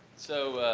so,